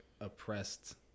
oppressed